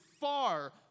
Far